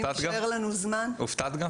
הופתעת?